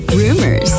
rumors